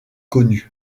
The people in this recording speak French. connue